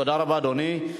תודה רבה, אדוני.